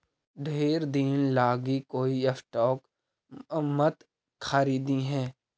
ढेर दिन लागी कोई स्टॉक मत खारीदिहें